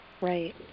Right